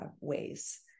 ways